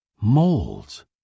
Molds